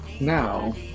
Now